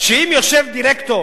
אם יושב דירקטור